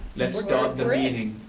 let's start the meeting.